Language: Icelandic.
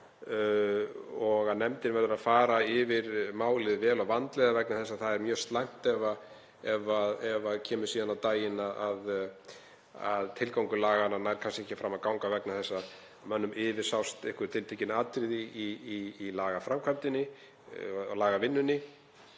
og nefndin verður að fara yfir málið vel og vandlega vegna þess að það er mjög slæmt ef það kemur síðan á daginn að tilgangur laganna nær kannski ekki fram að ganga vegna þess að mönnum yfirsást einhver tiltekin atriði í lagavinnunni.